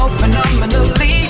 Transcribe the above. phenomenally